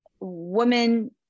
women